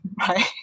right